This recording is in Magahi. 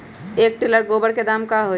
एक टेलर गोबर के दाम का होई?